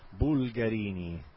Bulgarini